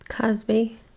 cosby